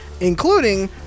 including